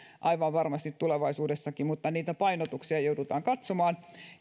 aivan varmasti tulevaisuudessakin mutta niitä painotuksia joudutaan katsomaan